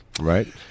Right